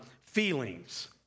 feelings